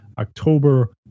October